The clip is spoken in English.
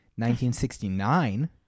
1969